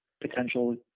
potential